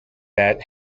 that